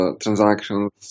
transactions